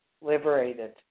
liberated